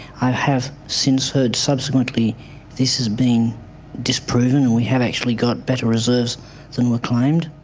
i have since heard subsequently this has been disproven and we have actually got better reserves than were claimed.